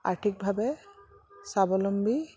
আৰ্থিকভাৱে স্বাৱলম্বী